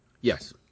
Yes